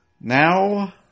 now